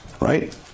right